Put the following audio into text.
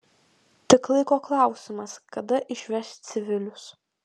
tik laiko klausimas kada išveš civilius